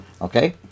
Okay